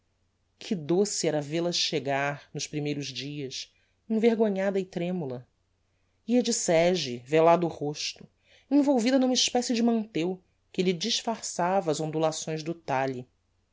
que doce que era vel-a chegar nos primeiros dias envergonhada e tremula ia de sege velado o rosto envolvida n'uma especie de manteu que lhe disfarçava as ondulações do talhe